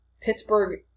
Pittsburgh